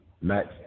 Max